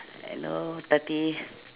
hello tati